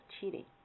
cheating